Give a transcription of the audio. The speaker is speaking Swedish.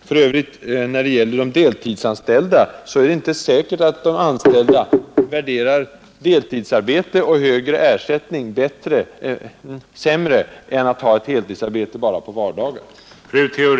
För övrigt vill jag beträffande de deltidsanställda säga att det inte är säkert att dessa värderar deltidsarbete och högre ersättning för obekväm tid lägre än att ha ett heltidsarbete enbart på vardagar.